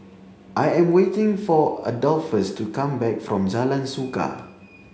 I am waiting for Adolphus to come back from Jalan Suka